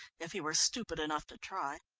if he were stupid enough to try.